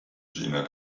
jena